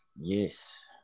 yes